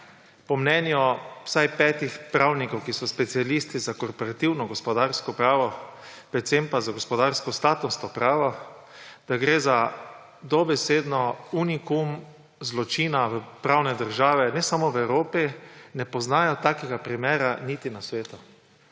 po mnenju vsaj petih pravnikov, ki so specialisti za korporativno gospodarsko pravo, predvsem pa za gospodarsko statusno pravo, da gre dobesedno za unikum zločina pravne države ne samo v Evropi, ne poznajo takega primera niti na svetu.